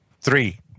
Three